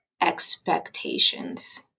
expectations